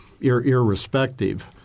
irrespective